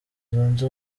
zunze